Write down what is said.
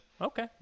Okay